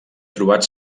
trobat